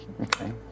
okay